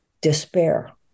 despair